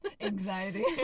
Anxiety